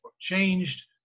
Changed